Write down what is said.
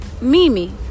Mimi